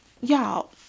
y'all